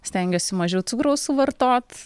stengiuosi mažiau cukraus suvartot